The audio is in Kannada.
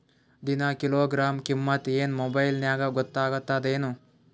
ದಿನಾ ಕಿಲೋಗ್ರಾಂ ಕಿಮ್ಮತ್ ಏನ್ ಮೊಬೈಲ್ ನ್ಯಾಗ ಗೊತ್ತಾಗತ್ತದೇನು?